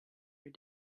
your